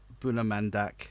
bunamandak